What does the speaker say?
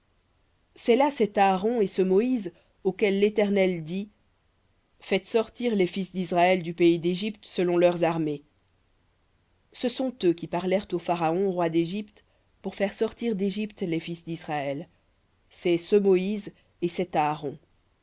c'est là cet aaron et ce moïse auxquels l'éternel dit faites sortir les fils d'israël du pays d'égypte selon leurs armées ce sont eux qui parlèrent au pharaon roi d'égypte pour faire sortir d'égypte les fils d'israël c'est ce moïse et cet aaron